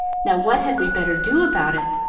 now, what had we better do about it?